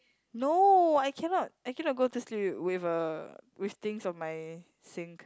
no I cannot I cannot go to sleep with with a with things on my sink